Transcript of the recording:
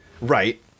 Right